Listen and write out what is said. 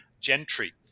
gentry